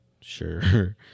Sure